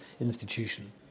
institution